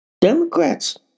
Democrats